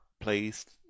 placed